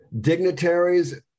dignitaries